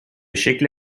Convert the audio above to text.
شکل